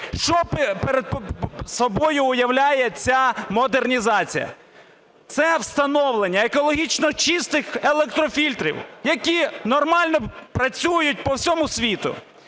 Що собою уявляє ця модернізація? Це встановлення екологічно чистих електрофільтрів, які нормально працюють по всьому світу.